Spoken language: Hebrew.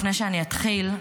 לפני שאני אתחיל,